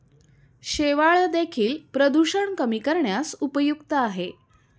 शेवाळं देखील प्रदूषण कमी करण्यास उपयुक्त आहे